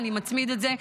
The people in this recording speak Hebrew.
אני מצמיד את זה,